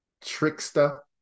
trickster